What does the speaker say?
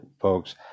folks